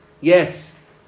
yes